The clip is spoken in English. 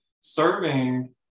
serving